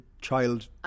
child